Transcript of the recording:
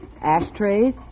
ashtrays